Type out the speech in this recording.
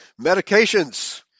medications